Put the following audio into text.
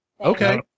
Okay